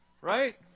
Right